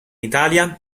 italia